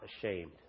ashamed